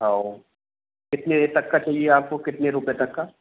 हाँ वो कितने तक का चाहिये आपको कितने रुपये तक का